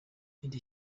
iri